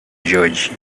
george